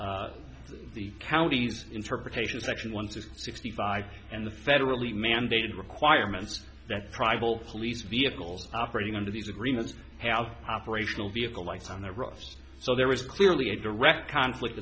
between the counties interpretation section once of sixty five and the federally mandated requirements that tribal police vehicles operating under these agreements have operational vehicle lights on the roads so there was clearly a direct conflict